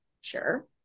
Sure